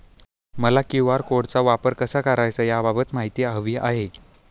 मला क्यू.आर कोडचा वापर कसा करायचा याबाबत माहिती हवी आहे